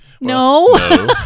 no